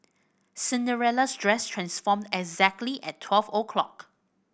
Cinderella's dress transformed exactly at twelve o' clock